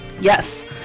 Yes